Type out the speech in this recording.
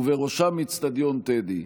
ובראשם אצטדיון טדי.